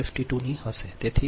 52 ની હશે તે 138